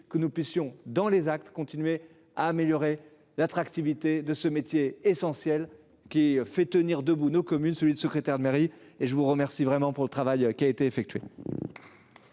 que nous puissions dans les actes continuer à améliorer l'attractivité de ce métier essentiel qui fait tenir debout nos communes, celui de secrétaire de mairie et je vous remercie vraiment pour le travail qui a été effectué.